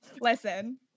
Listen